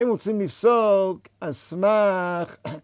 אם רוצים לפסוק, על סמך